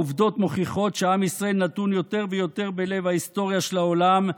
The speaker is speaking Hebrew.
העובדות מוכיחות שעם ישראל נתון יותר ויותר בלב ההיסטוריה של העולם,